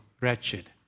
wretched